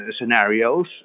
scenarios